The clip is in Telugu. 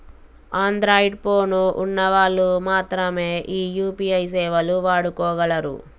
అన్ద్రాయిడ్ పోను ఉన్న వాళ్ళు మాత్రమె ఈ యూ.పీ.ఐ సేవలు వాడుకోగలరు